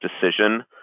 decision